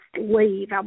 leave